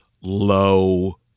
low